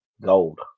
gold